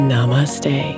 Namaste